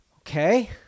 Okay